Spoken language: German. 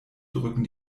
drücken